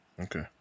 Okay